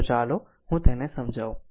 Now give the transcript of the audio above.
તો ચાલો હું તેને સમજાવું